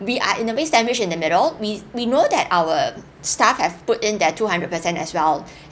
we are in a way sandwich in the middle we we know that our staff have put in their two hundred percent as well